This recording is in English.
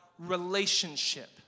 relationship